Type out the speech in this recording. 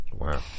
Wow